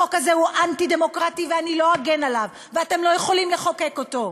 החוק הזה הוא אנטי-דמוקרטי ואני לא אגן עליו ואתם לא יכולים לחוקק אותו,